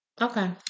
Okay